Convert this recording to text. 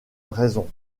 raison